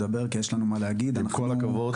לדבר כי יש לנו מה להגיד -- עם כול הכבוד,